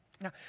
Now